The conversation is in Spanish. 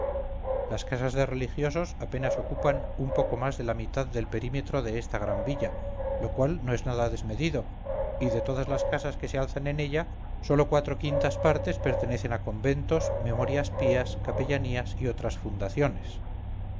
las casas de religiosos apenas ocupan un poco más de la mitad del perímetro de esta gran villa lo cual no es nada desmedido y de todas las casas que se alzan en ella sólo cuatro quintas partes pertenecen a conventos memorias pías capellanías y otras fundaciones